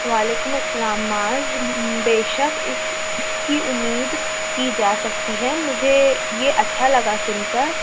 وعلیکم السّلام معاذ بےشک اِس اِس کی اُمید کی جا سکتی ہے مجھے یہ اچھا لگا سُن کر